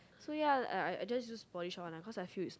so ya I I just polish on because I feels is not